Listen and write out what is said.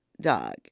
dog